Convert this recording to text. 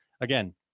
again